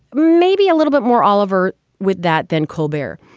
maybe a little bit more. oliver with that then, kolber.